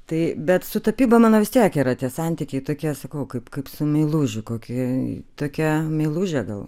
tai bet su tapyba mano vis tiek yra tie santykiai tokie sakau kaip kaip su meilužiu kokia tokia meilužė gal